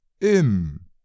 Im